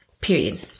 period